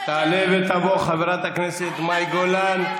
תעלה ותבוא חברת הכנסת מאי גולן.